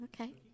Okay